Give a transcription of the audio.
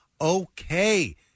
okay